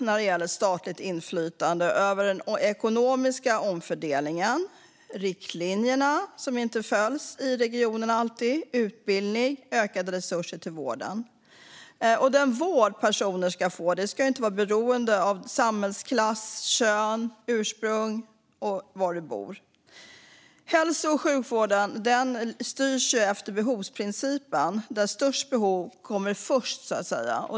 Det handlar om ett statligt inflytande över den ekonomiska omfördelningen, riktlinjerna, som inte alltid följs i regionerna, och utbildning. Det handlar om ökade resurser till vården. Och den vård personer får ska inte vara beroende av samhällsklass, kön, ursprung och var man bor. Hälso och sjukvården styrs efter behovsprincipen. Störst behov kommer först, så att säga.